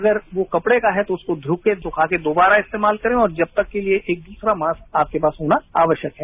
अगर वो कपड़े का है तो उसे धोकर सुखाकर दोबारा इस्तेमाल करें और जब तक के लिए एक दूसरा मास्क आपके पास होना आवश्यक है